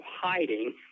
hiding